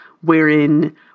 wherein